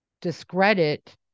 discredit